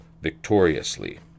victoriously